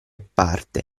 parte